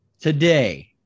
today